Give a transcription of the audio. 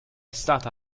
stata